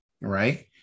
right